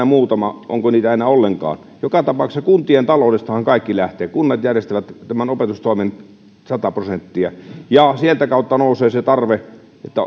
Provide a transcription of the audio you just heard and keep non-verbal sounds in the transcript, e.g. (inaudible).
(unintelligible) muutama onko niitä enää ollenkaan joka tapauksessa kuntien taloudestahan kaikki lähtee kunnat järjestävät tämän opetustoimen sataprosenttisesti ja sieltä kautta nousee se